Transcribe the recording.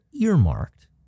earmarked